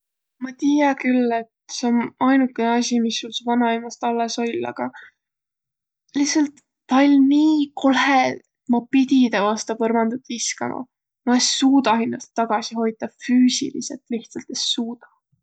Ma tiiä küll, et sjoo om ainukõnõ asi, mis üldse vanaimäst alles oll', agaq… Lihtsalt taa oll' nii kole, et ma pidi taa vasta põrmandut viskama. Ma es suudaq hinnäst tagasi hoitaq. Füüsiliselt lihtsalt es suudaq.